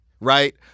Right